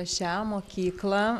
šią mokyklą